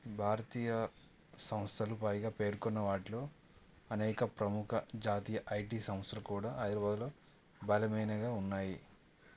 భారతీయ సంస్థలు పైన పేర్కొన్న వాటిలో అనేక ప్రముఖ జాతీయ ఐ టీ సంస్థలు కూడా హైదరాబాద్లో బలమైనవిగా ఉన్నాయి